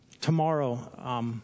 tomorrow